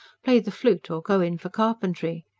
play the flute or go in for carpentry.